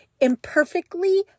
imperfectly